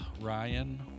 Ryan